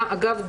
אגב,